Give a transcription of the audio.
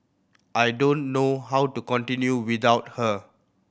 I don't know how to continue without her